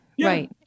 Right